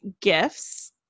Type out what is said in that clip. gifts